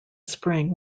spring